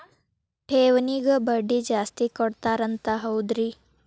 ಠೇವಣಿಗ ಬಡ್ಡಿ ಜಾಸ್ತಿ ಕೊಡ್ತಾರಂತ ಹೌದ್ರಿ?